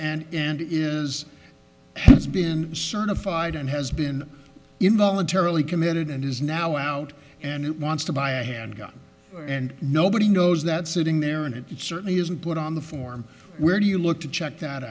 and and is it's been certified and has been involuntarily committed and is now out and it wants to buy a handgun and nobody knows that's sitting there and it certainly isn't put on the form where do you look to check that